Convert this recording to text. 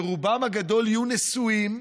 ורובם הגדול יהיו נשואים,